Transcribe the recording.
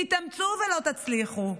תתאמצו ולא תצליחו.